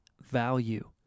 value